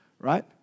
right